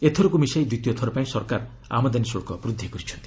ଏଥକର୍ ମିଶାଇ ଦ୍ୱିତୀୟ ଥରପାଇଁ ସରକାର ଆମଦାନୀ ଶୁଳ୍କ ବୃଦ୍ଧି କରିଛନ୍ତି